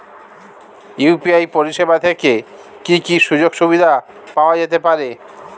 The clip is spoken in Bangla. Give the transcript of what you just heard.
ইউ.পি.আই পরিষেবা থেকে কি কি সুযোগ সুবিধা পাওয়া যেতে পারে?